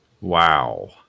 Wow